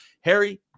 Harry